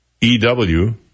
E-W